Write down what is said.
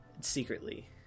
secretly